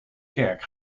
kerk